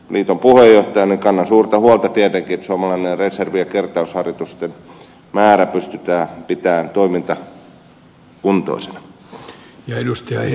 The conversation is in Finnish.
liiton puheenjohtajana kannan tietenkin suurta huolta siitä että suomalainen reservi ja kertausharjoitusten määrä pystytään pitämään toimintakuntoisina